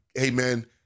amen